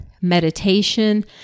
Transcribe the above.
meditation